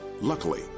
Luckily